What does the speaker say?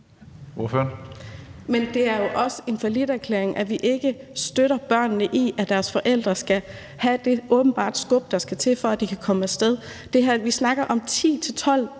Men det er jo også en falliterklæring, at vi ikke støtter børnene i, at deres forældre åbenbart skal have det skub, der skal til, for at børnene kan komme af sted. Vi snakker om 10-12